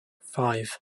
five